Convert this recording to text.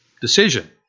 decision